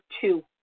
two